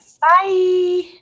Bye